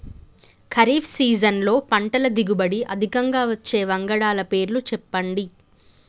ఖరీఫ్ సీజన్లో పంటల దిగుబడి అధికంగా వచ్చే వంగడాల పేర్లు చెప్పండి?